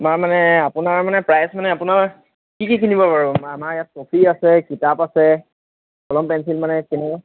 আমাৰ মানে আপোনাৰ মানে প্ৰাইচ মানে আপোনাৰ কি কি কিনিব বাৰু আমাৰ ইয়াত ট্ৰফি আছে কিতাপ আছে কলম পেঞ্চিল মানে তেনেকুৱা